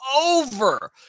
over